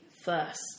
first